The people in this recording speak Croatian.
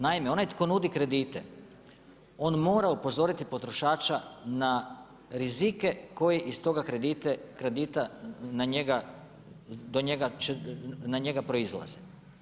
Naime, onaj tko nudi kredite, on mora upozoriti potrošača na rizike koji iz toga kredita na njega proizlaze.